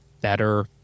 better